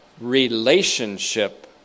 relationship